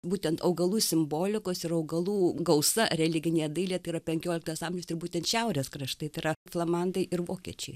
būtent augalų simbolikos ir augalų gausa religinėje dailėj tai yra penkioliktas amžius ir būtent šiaurės kraštai tai yra flamandai ir vokiečiai